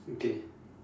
okay